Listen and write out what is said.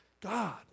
God